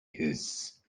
his